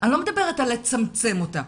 אני לא מדברת על לצמצם אותה,